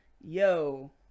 yo